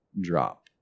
drop